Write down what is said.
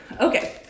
Okay